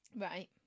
right